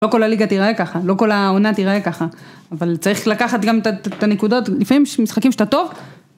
לא כל הליגה תיראה ככה, לא כל העונה תיראה ככה. אבל צריך לקחת גם את הנקודות. לפעמים יש משחקים שאתה טוב...